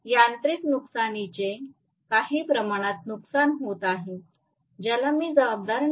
तर यांत्रिक नुकसानींचे काही प्रमाणात नुकसान होत आहे ज्याला मी जबाबदार नाही